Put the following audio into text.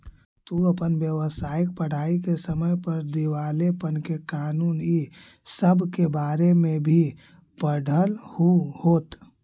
तू अपन व्यावसायिक पढ़ाई के समय पर दिवालेपन के कानून इ सब के बारे में भी पढ़लहू होत